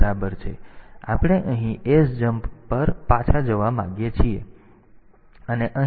તેથી ત્યાંથી આપણે અહીં sjmp પર પાછા જવા માંગીએ છીએ અને અહીં 1000 છે